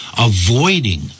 avoiding